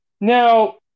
Now